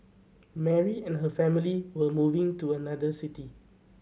Mary and her family were moving to another city